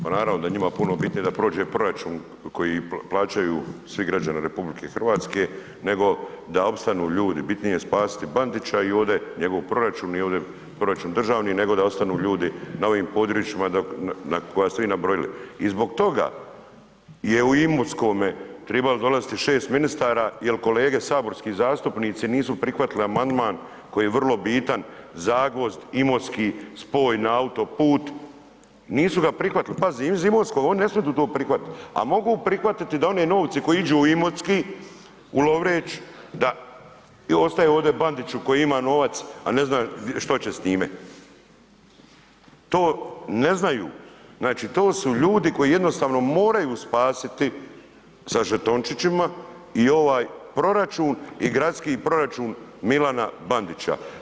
Pa naravno da je njima puno bitnije da prođe proračun koji plaćaju svi građani RH, nego da opstanu ljudi, bitnije je spasiti Bandića i ovde njegov proračun i ovde proračun državni nego da ostanu ljudi na ovim područjima koja ste vi nabrojili i zbog toga je u Imotskome tribalo dolaziti 6 ministara jel kolege saborski zastupnici nisu prihvatili amandman koji je vrlo bitan Zagvozd, Imotski, spoj na autoput, nisu ga prihvatili, pazi iz Imotskog oni ne smidu to prihvatit, a mogu prihvati da one novce koji iđu u Imotski, u Lovreč, da ostaje ovdje Bandiću koji ima novac, a ne zna što će s njime, to ne znaju, znači to su ljudi koji jednostavno moraju spasiti sa žetončićima i ovaj proračun i gradski proračun Milana Bandića.